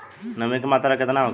नमी के मात्रा केतना होखे?